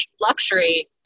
luxury